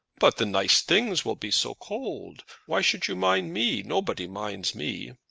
but the nice things will be so cold! why should you mind me? nobody minds me.